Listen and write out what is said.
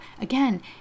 again